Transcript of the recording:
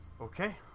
okay